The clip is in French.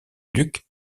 duc